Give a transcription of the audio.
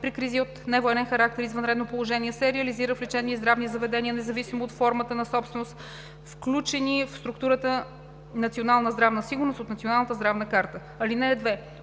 при кризи от невоенен характер и извънредно положение се реализира в лечебни и здравни заведения независимо от формата на собственост, включени в структурата „Национална здравна сигурност“ от Националната здравна карта. (2)